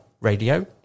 Radio